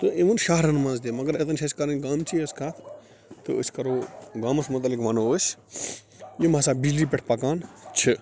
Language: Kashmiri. تہٕ اِوٕن شہرن منٛز تہِ مگر اَتن چھِ اَسہِ کَرٕنۍ گامچی یٲژ کَتھ تہٕ أسۍ کَرو گامس متعلق وَنو أسۍ یِم ہَسا بِجلی پٮ۪ٹھ پَکان چھِ